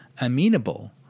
amenable